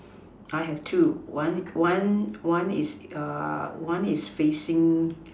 I have two one one is a one is facing